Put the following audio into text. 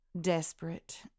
desperate